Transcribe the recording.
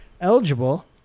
eligible